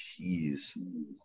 Jeez